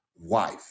wife